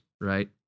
right